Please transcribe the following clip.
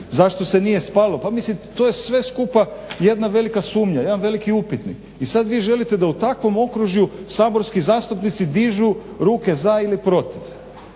Zašto se nije spalo? Pa mislim to je sve skupa jedna velika sumnja, jedan veliki upitnik. I sad vi želite da u takvom okružju saborski zastupnici dižu ruke za ili protiv.